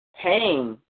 pain